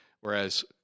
Whereas